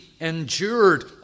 endured